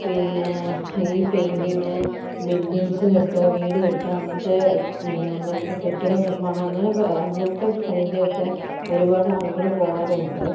പിന്നെ ഈ painting buildings കെട്ടുക വീട് കെട്ടുക അങ്ങനത്തെ നിർ കെട്ടിട നിർമ്മാണ അങ്ങനെ അങ്ങനത്തെ പണികൾക്കൊക്കെ ഒരുപാട് ആളുകളും പോകാറും ഉണ്ട്